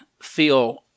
feel